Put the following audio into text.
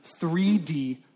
3D